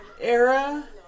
era